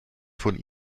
von